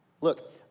Look